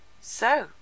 So